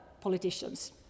politicians